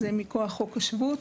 זה מכוח חוק השבות,